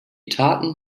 taten